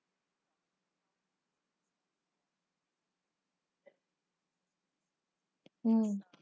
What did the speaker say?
mm